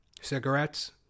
cigarettes